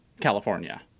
California